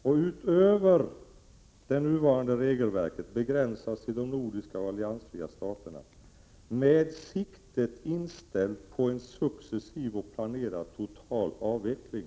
Vad jag har sagt två gånger tidigare är att i de nordiska alliansfria staterna begränsas vapenexporten med sikte på en successiv och planerad total avveckling.